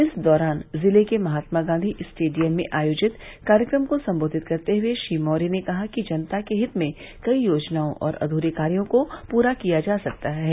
इस दौरान जिले के महात्मा गांधी स्टेडियम में आयोजित कार्यक्रम को संबोधित करते हुए श्री मौर्य ने कहा कि जनता के हित में कई योजनाओं और अध्रे कार्या को पूरा किया जा रहा है